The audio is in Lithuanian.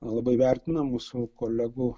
labai vertina mūsų kolegų